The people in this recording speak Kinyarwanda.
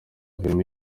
filimi